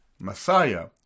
Messiah